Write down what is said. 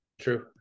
true